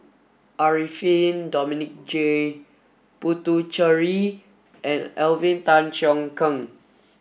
Arifin Dominic J Puthucheary and Alvin Tan Cheong Kheng